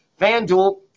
FanDuel